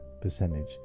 percentage